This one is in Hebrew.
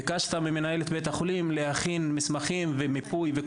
ביקשת ממנהלת בית החולים להכין מסמכים ומיפוי.